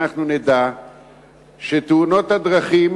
שאנחנו נדע שתאונות הדרכים